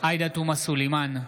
עאידה תומא סלימאן,